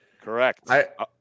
Correct